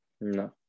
No